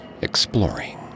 exploring